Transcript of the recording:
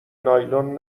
نایلون